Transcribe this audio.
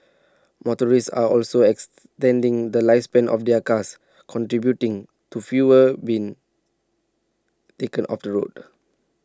motorists are also extending the lifespan of their cars contributing to fewer being taken off the road